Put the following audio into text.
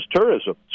tourism